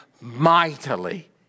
mightily